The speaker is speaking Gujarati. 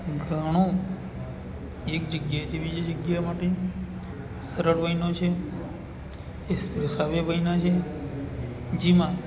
ઘણો એક જગ્યાએથી બીજી જગ્યા માટે સરળ બન્યો છે એક્સપ્રેસ હાઇવે બન્યા છે જેમાં